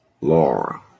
Laura